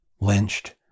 lynched